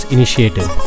Initiative